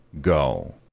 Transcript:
go